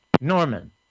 Norman